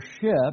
ship